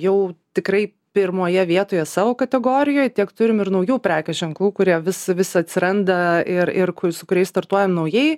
jau tikrai pirmoje vietoje savo kategorijoj tiek turim ir naujų prekių ženklų kurie vis vis atsiranda ir ir su kuriais startuojam naujai